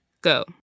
go